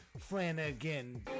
Flanagan